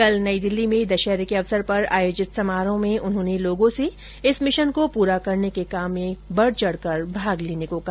कल नई दिल्ली में दशहरे के अवसर पर आयोजित समारोह में उन्होंने लोगों से इस मिशन को पूरा करने के काम में बढ़ चढ़ कर भाग लेने को कहा